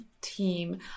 team